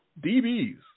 DBs